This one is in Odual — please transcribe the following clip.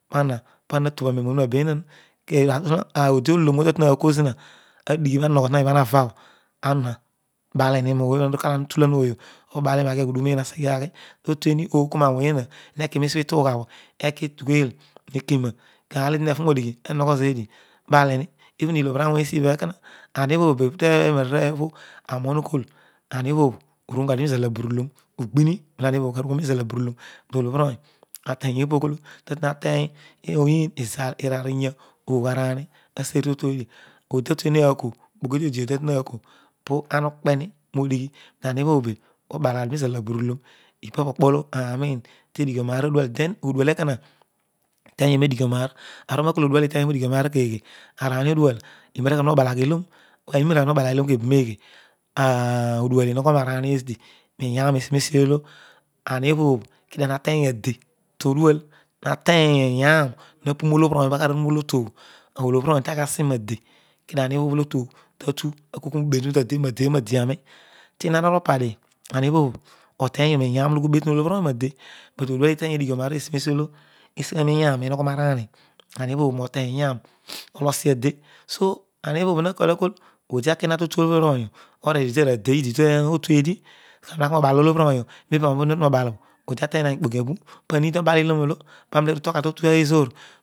Para para na tughi aroero ohu roa beerah odiolorr obho tatueni akoor zhia adighi arogho zria roijha aha lara bho aha baaleri roerough ohuroe kaalo oma utulan roooy obho totoeri okoar roawory eeha eere eki nen ituugherbho ekietugheel hekorog kaalo era heua reodijhi erogho zeev balmi even llobri alohy esibha bho ekona eluiobho bhbe teroanaarooj obho bho aami uroogholl ughol aniechaby oru shorourgadio mizal abiruloho ugbin nolo ahiebhobg karughoro izal abinulon olobhilony aterin eepogh olo oteny oyiin, izal iraar, iyah ogh araani oseni totuodi odi tatuehi aako ikpoki idi ikpo kiodi idi oditatueri aako po ara ukpehi roodoghi nizal aburuloro ipa pokpolo aani uroin tedigho roaar odekal ttua odual ekowa aenyio nedighonaar aarobh adighi kaani kakool utehylo rodighio raar obho keeghe? Araahi odual iroaraghodio nobala iiom ara obho marashadio reobale lloon obho kebun eghe? Ati ah odual hogho roaraniedi niyan erripe solo arobhobh kedio hateny ade to dual hatrny iyaro hapu reolo bhii ong obho aka aruro olo tuobho olobhul ony taki asi roade kanie bhob oho otuobho tatu akoor roerehu tade obho pade obho adearoi ti non aru parhi adie bhabh otenyio miyan oyhi obeton olobii ony roade, but odual iehy odighio roaar isimesiolo iseghe roiyaro moyho raani olo siade so amebhobh, makool rekool odi akiha totu olobhil ony obho odi ona de idi totueedi odi haki roobal olobhi o ny obho roaybi ohy obho odihaki roobal oblo odi atehy ikpoki apu panud obal iloro oolo paaroi lller utogha totue zoor.